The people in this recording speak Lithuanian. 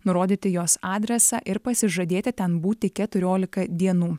nurodyti jos adresą ir pasižadėti ten būti keturiolika dienų